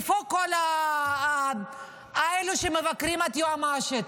איפה כל אלה שמבקרים את היועמ"שית?